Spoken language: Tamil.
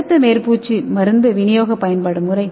அடுத்த மேற்பூச்சு மருந்து விநியோக பயன்பாடுமுறை